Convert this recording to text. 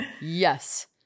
Yes